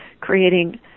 creating